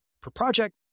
Per-project